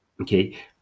Okay